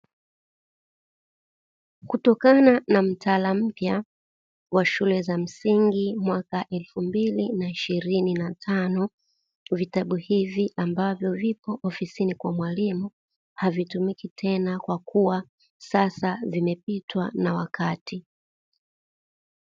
Kutokana na mtaala mpya wa shule za msingi mwaka elfu mbili na ishirini na tano, vitabu hivi ambavyo vipo ofisini kwa mwalimu havitumiki tena, kwa kuwa sasa vimepitwa na wakati.